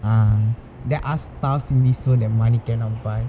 ah there are stuff in this world that money cannot buy